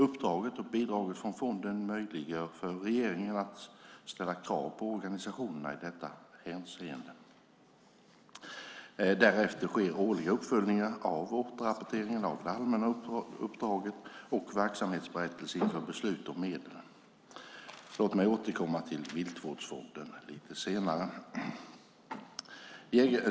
Uppdraget och bidraget från fonden möjliggör för regeringen att ställa krav på organisationerna i detta hänseende. Därför sker årliga uppföljningar av återrapportering av det allmänna uppdraget och verksamhetsberättelser inför beslut om medel. Låt mig återkomma till Viltvårdsfonden lite senare.